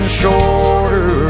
shorter